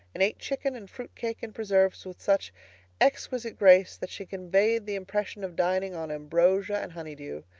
and ate chicken and fruit cake and preserves with such exquisite grace that she conveyed the impression of dining on ambrosia and honeydew.